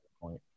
point